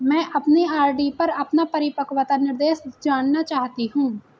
मैं अपनी आर.डी पर अपना परिपक्वता निर्देश जानना चाहती हूँ